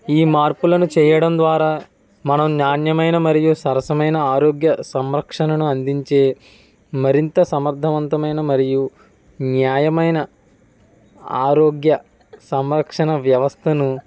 ఈ మార్పులను చేయడం ద్వారా మనం నాణ్యమైన మరియు సరసమైన ఆరోగ్య సంరక్షణను అందించే మరింత సమర్థవంతమైన మరియు న్యాయమైన ఆరోగ్య సంరక్షణ వ్యవస్థను